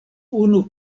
unu